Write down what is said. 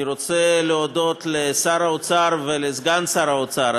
אני רוצה להודות לשר האוצר ולסגן שר האוצר,